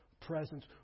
presence